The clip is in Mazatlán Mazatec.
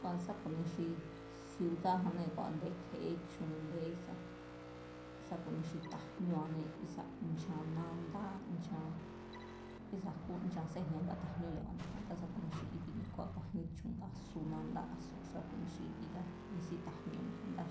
Kua̱ sá ku̱ni xi siudájannée̱ a̱ndé kje̱échun a̱nde sá, sá ku̱ni xi ta̱jñúanée̱ ísa̱ nchan nándá nchán, ísa̱ jkú ncha séjña nga ta̱jñú ya̱ba̱ne̱, a̱ndá sá ku̱ni xi i̱bi̱ne̱ kua̱ ku̱a̱jín chun nga asu nandá asu sá ku̱ni xi i̱bi̱, nga ni̱sí ta̱jñúne̱ ndáa̱